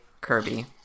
Kirby